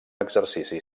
exercici